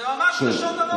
זה ממש לשון הרע.